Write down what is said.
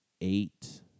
eight